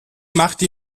machte